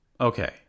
Okay